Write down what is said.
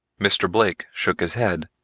mr. blake shook his head.